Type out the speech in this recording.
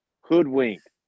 hoodwinked